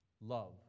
Love